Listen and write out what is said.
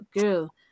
girl